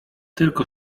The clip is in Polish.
tylko